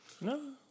No